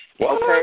Okay